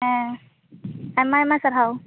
ᱦᱮᱸ ᱟᱭᱢᱟ ᱟᱭᱢᱟ ᱥᱟᱨᱦᱟᱣ